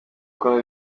kunoza